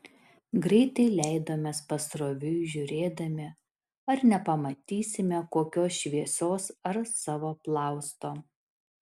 greitai leidomės pasroviui žiūrėdami ar nepamatysime kokios šviesos ar savo plausto